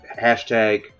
Hashtag